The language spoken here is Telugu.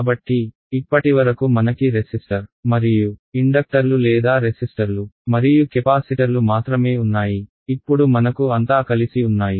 కాబట్టి ఇప్పటివరకు మనకి రెసిస్టర్ మరియు ఇండక్టర్లు లేదా రెసిస్టర్లు మరియు కెపాసిటర్లు మాత్రమే ఉన్నాయి ఇప్పుడు మనకు అంతా కలిసి ఉన్నాయి